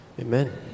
Amen